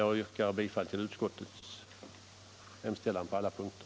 Jag yrkar bifall till utskottets hemställan på alla punkter.